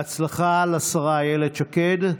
(חותמת על ההצהרה) בהצלחה לשרה אילת שקד.